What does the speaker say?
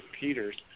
Peters